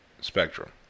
spectrum